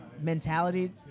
mentality